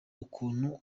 akantu